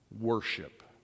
worship